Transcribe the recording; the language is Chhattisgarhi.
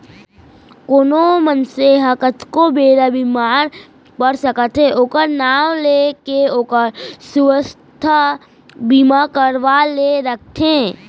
कोनो मनसे हर कतको बेर बीमार पड़ सकत हे ओकर नांव ले के ओहर सुवास्थ बीमा करवा के राखथे